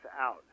out